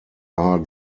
are